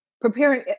preparing